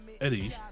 Eddie